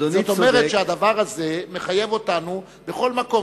זאת אומרת שהדבר הזה מחייב אותנו: בכל מקום